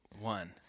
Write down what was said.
One